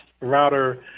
router